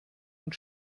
und